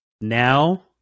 now